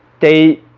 they